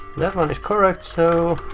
that one is correct, so